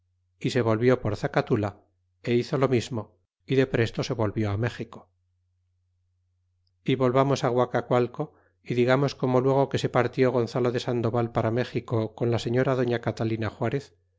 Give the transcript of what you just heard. y se volvió por zacatula e hizo lo mismo y depresto se volvió méxico y volvamos guacacualco y digamos como luego que se partió gonzalo de sandoval para méxico con la señora doña catalina